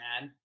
man